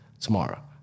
tomorrow